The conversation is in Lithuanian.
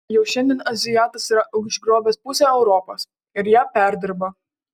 jau šiandien azijatas yra užgrobęs pusę europos ir ją perdirba